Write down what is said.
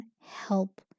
help